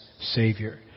Savior